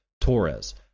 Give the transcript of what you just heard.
Torres